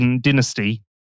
dynasty